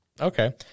Okay